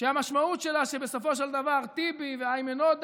שהמשמעות שלה שבסופו של דבר שטיבי ואיימן עודה